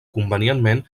convenientment